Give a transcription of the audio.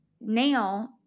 now